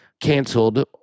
canceled